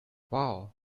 wow